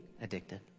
addicted